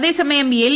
അതേസമയം എൽ